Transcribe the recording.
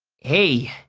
hey,